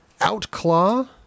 Outclaw